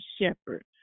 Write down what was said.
shepherd